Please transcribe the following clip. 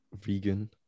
vegan